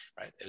right